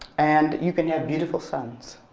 and you can have beautiful sons.